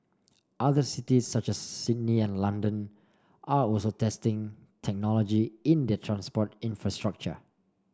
other cities such as Sydney and London are also testing technology in their transport infrastructure